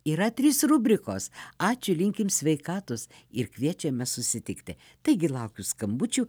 yra trys rubrikos ačiū linkim sveikatos ir kviečiame susitikti taigi laukiu skambučių